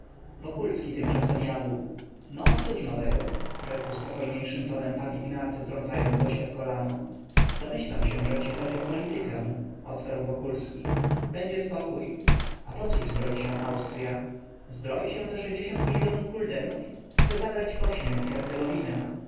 wokulski tymczasem jadł no cóż nowego rzekł spokojniejszym tonem p ignacy trącając gościa w kolano domyślam się że ci chodzi o politykę odparł wokulski będzie spokój a pocóż zbroi się austrya zbroi się ze sześćdziesiąt milionów guldenów chce zabrać bośnią i